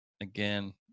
Again